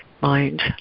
mind